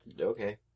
Okay